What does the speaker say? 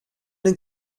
den